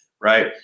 right